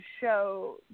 show